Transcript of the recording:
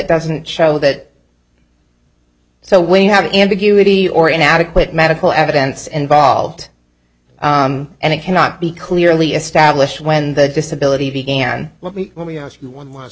doesn't show that so when you have ambiguity or inadequate medical evidence involved and it cannot be clearly established when the disability began let me let me ask you one